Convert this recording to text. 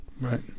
Right